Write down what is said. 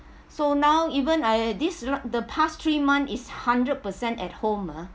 so now even I at this right the past three month is hundred percent at home ah